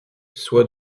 soit